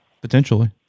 Potentially